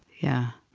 yeah